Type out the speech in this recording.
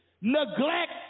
Neglect